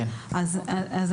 כן, לגבי הסל.